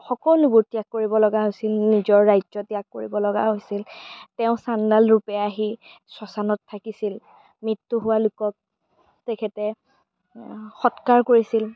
সকলোবোৰ ত্যাগ কৰিবলগীয়া হৈছিল নিজৰ ৰাজ্য ত্যাগ কৰিবলগীয়া হৈছিল তেওঁ চাণ্ডাল ৰূপে আহি শ্মশানত থাকিছিল মৃত্যু হোৱা লোকক তেখেতে সৎকাৰ কৰিছিল